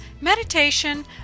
meditation